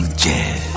jazz